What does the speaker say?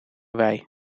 wei